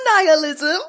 nihilism